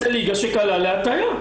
זו ליגה שקלה להטיה.